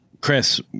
Chris